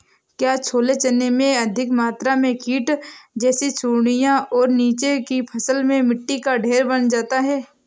क्या छोले चने में अधिक मात्रा में कीट जैसी सुड़ियां और नीचे की फसल में मिट्टी का ढेर बन जाता है?